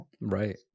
Right